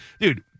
dude